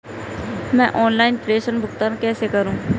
मैं ऑनलाइन प्रेषण भुगतान कैसे करूँ?